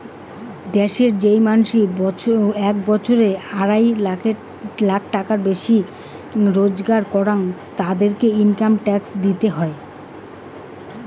দ্যাশের যেই মানসি এক বছরে আড়াই লাখ টাকার বেশি রোজগার করাং, তাদেরকে ইনকাম ট্যাক্স দিতে হই